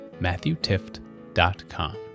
matthewtift.com